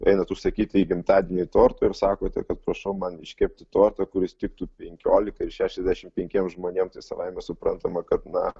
einat užsakyt į gimtadienį torto ir sakote kad prašau man iškepti tortą kuris tiktų penkiolikai ir šešiasdešimt penkiem žmonėm tai savaime suprantama kad na